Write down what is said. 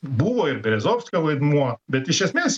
buvo ir berezovskio vaidmuo bet iš esmės